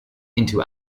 into